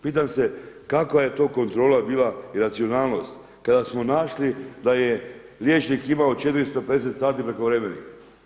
Pitam se kakva je to kontrola bila i racionalnost kada smo našli da je liječnik imao 450 sati prekovremenih.